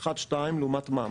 1.2 לעומת מה?